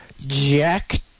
Jack